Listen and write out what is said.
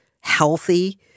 healthy